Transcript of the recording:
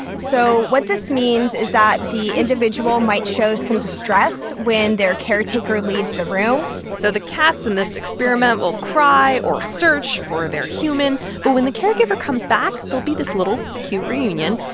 so what this means is that the individual might show some distress when their caretaker leaves the room so the cats in this experiment will cry or search for their human. but when the caregiver comes back, there'll be this little cute reunion.